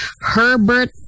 Herbert